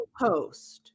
post